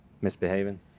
Misbehaving